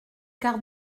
quart